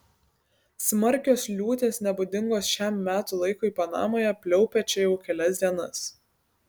smarkios liūtys nebūdingos šiam metų laikui panamoje pliaupia čia jau kelias dienas